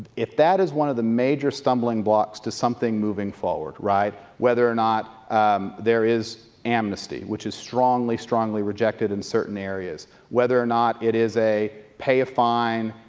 if that is one of the major stumbling blocks to something moving forward, right, whether or not there is amnesty, which is strongly strongly rejected in certain areas, whether or not it is a pay a fine,